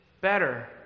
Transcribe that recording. better